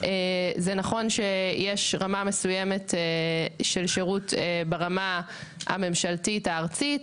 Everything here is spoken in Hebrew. זה נכון שיש רמה מסוימת של שירות ברמה הממשלתית הארצית,